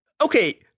okay